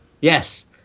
Yes